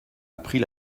appris